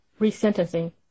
resentencing